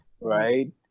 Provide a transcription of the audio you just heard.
right